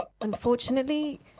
Unfortunately